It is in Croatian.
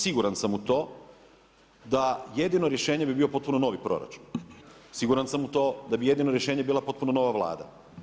Siguran sam u to da jedino rješenje bi bio potpuno novi proračun, siguran sam u to da bi jedino rješenje bila potpuno nova Vlada.